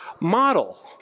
model